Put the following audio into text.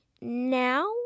now